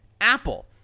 Apple